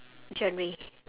genre